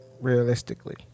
realistically